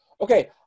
Okay